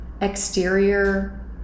Exterior